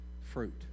fruit